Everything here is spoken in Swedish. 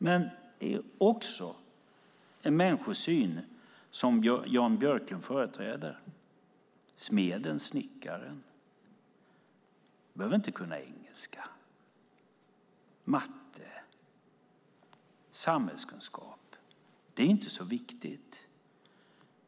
Det är en människosyn Jan Björklund företräder: Smeden och snickaren behöver inte kunna engelska, matte eller samhällskunskap. Det är inte så viktigt.